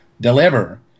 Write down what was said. deliver